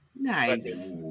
nice